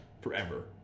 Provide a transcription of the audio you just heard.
forever